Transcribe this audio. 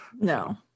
No